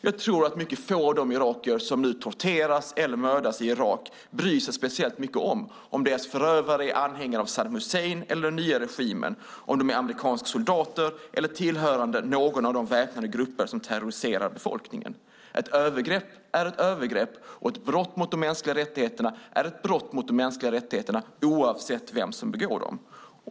Jag tror att mycket få av de irakier som nu torteras eller mördas i Irak bryr sig speciellt mycket om huruvida förövarna är anhängare till Saddam Hussein eller den nya regimen, om de är amerikanska soldater eller tillhör någon av de väpnade grupper som terroriserar befolkningen. Ett övergrepp är ett övergrepp och ett brott mot de mänskliga rättigheterna är ett brott mot de mänskliga rättigheterna oavsett vem som begår det.